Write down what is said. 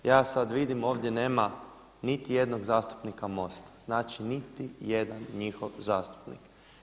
Ja sada vidim ovdje nema niti jednog zastupnika MOST-a, znači niti jedan njihov zastupnik.